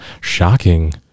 Shocking